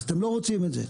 אז אתם לא רוצים את זה.